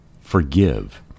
forgive